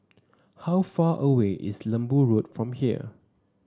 how far away is Lembu Road from here